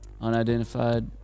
unidentified